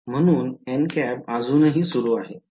म्हणून अजूनही सुरू आहे